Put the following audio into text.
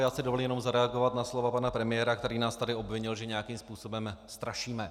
Já si dovolím jenom zareagovat na slova pana premiéra, který nás tady obvinil, že nějakým způsobem strašíme.